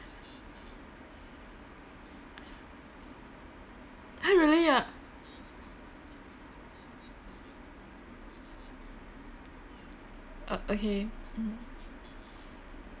!huh! really ah uh okay mm